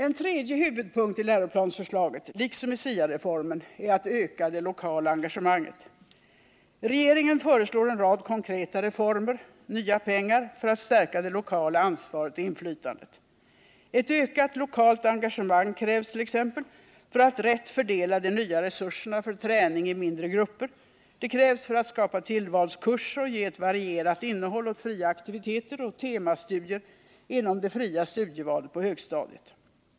En tredje huvudpunkt i läroplansförslaget — liksom i SIA-reformen — är att öka det lokala engagemanget. Regeringen föreslår en rad konkreta reformer och nya pengar för att stärka det lokala ansvaret och inflytandet. Ett ökat lokalt engagemang krävs tt.ex. för att rätt fördela de nya resurserna för träning i mindre grupper. Det krävs för att skapa tillvalskurser och ge ett varierat innehåll åt fria aktiviteter och temastudier inom det fria studievalet på högstadiet.